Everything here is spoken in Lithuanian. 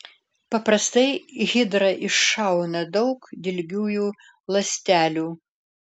paprastai hidra iššauna daug dilgiųjų ląstelių